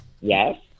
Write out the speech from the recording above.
Yes